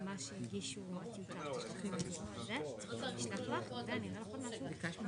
הצבעה ההסתייגות לא נתקבלה